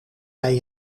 hij